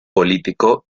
político